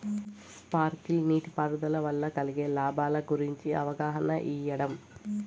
Sprinkle నీటిపారుదల వల్ల కలిగే లాభాల గురించి అవగాహన ఇయ్యడం?